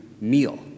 meal